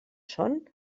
són